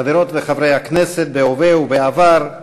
חברות וחברי הכנסת בהווה ובעבר,